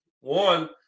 one